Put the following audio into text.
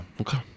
okay